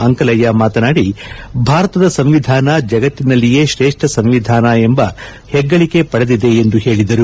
ಅಂಕಲಯ್ಯ ಮಾತನಾದಿ ಭಾರತದ ಸಂವಿಧಾನ ಜಗತ್ತಿನಲ್ಲಿಯೇ ಶ್ರೇಷ್ಠ ಸಂವಿಧಾನ ಎಂಬ ಹೆಗ್ಗಳಿಕೆ ಪಡೆದಿದೆ ಎಂದು ಹೇಳಿದರು